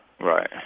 Right